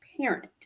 parent